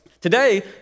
today